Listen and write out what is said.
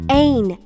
ain